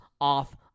off